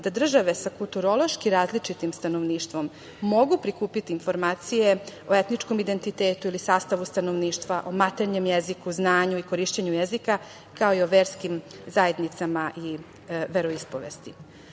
da države sa kulturološki različitim stanovništvom mogu prikupiti informacije o etničkom identitetu ili sastavu stanovništva, o maternjem jeziku, znanju i korišćenju jezika, kao i o verskim zajednicama i veroispovesti. Naravno,